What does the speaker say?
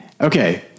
Okay